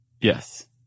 Yes